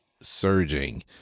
surging